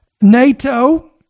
nato